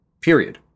period